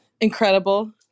incredible